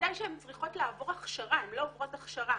ודאי שהן צריכות לעבור הכשרה, הן לא עוברות הכשרה.